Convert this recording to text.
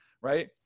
right